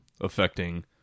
affecting